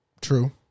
True